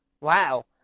Wow